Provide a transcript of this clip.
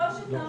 עד שיהיה